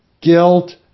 guilt